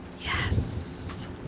Yes